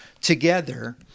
together